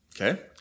Okay